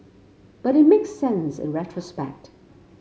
but it makes sense in retrospect